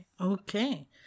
Okay